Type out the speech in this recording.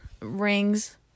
rings